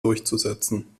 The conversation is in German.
durchzusetzen